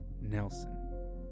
Nelson